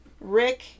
Rick